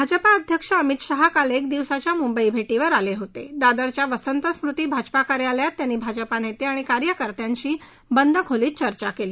भाजपा अध्यक्ष अमित शहा काल एकदिवसाच्या मुंबईभटीवर आल हीत द्वादरच्या वसंतस्मृती भाजपा कार्यालयात त्यांनी भाजपानस्तिञाणि कार्यकर्त्यांशी बंद खोलीत चर्चा क्ली